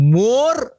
more